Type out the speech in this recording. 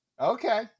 Okay